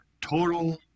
Total